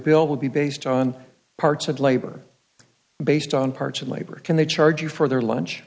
bill will be based on parts and labor based on parts and labor can they charge you for their lunch